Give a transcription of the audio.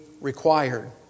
required